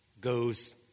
goes